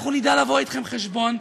אנחנו נדע לבוא אתכם חשבון.